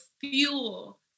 fuel